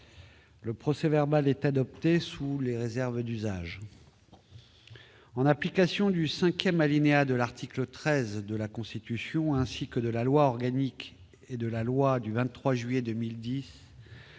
Le procès-verbal est adopté sous les réserves d'usage. En application du cinquième alinéa de l'article 13 de la Constitution, ainsi que de la loi organique n° 2010-837 et de la loi n° 2010-838 du 23 juillet 2010